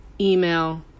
email